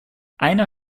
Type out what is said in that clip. einer